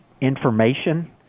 information